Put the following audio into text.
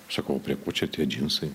sakau prie ko čia tie džinsai